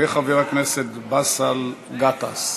וחבר הכנסת באסל גטאס.